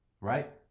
right